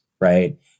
Right